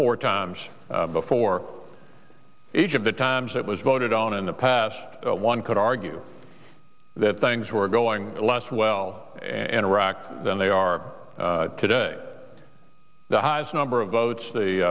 four times before each of the times that was voted on in the past one could argue that things were going less well in iraq than they are today the highest number of votes